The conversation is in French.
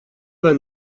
vingt